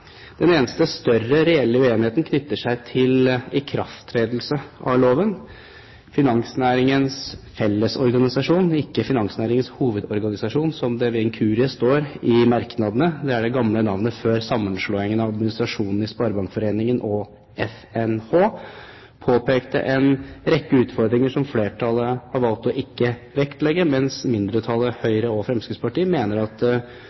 Den eneste større reelle uenigheten knytter seg til ikrafttredelse av loven. Finansnæringens Fellesorganisasjon – ikke Finansnæringens Hovedorganisasjon, som det ved en inkurie står i merknadene, det er det gamle navnet før sammenslåingen av administrasjonene i Sparebankforeningen og FNH – påpekte en rekke utfordringer som flertallet har valgt ikke å vektlegge, mens mindretallet, Høyre og Fremskrittspartiet, mener at